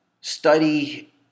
study